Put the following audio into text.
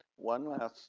one last,